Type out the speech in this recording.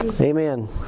Amen